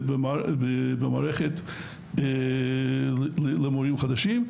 במערכת למורים חדשים,